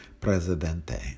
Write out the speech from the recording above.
presidente